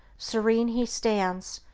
serene he stands,